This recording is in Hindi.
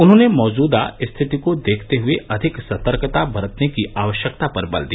उन्होंने मौजूदा स्थिति को देखते हए अधिक सतर्कता बरतने की आवश्यकता पर बल दिया